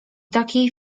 takiej